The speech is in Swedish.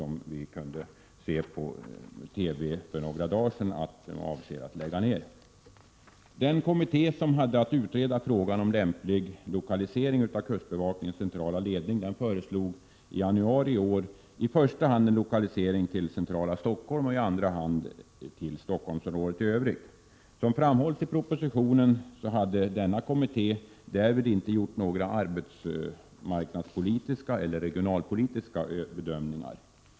I TV sades det för några dagar sedan att man avser att lägga ned den verksamheten. Den kommitté som hade att utreda frågan om lämplig lokalisering av kustbevakningens centrala ledning föreslog i januari i år i första hand en lokalisering till centrala Stockholm och i andra hand en lokalisering till Stockholmsområdet i övrigt. Som framhålls i propositionen hade denna kommitté därvid inte gjort några arbetsmarknadspolitiska eller regionalpolitiska bedömningar.